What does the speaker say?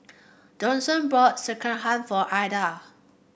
Dawson bought Sekihan for Adah